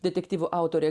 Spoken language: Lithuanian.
detektyvų autorė